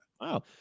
Wow